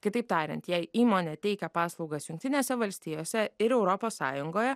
kitaip tariant jei įmonė teikia paslaugas jungtinėse valstijose ir europos sąjungoje